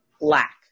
lack